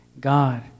God